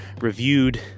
reviewed